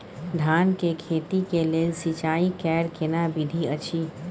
धान के खेती के लेल सिंचाई कैर केना विधी अछि?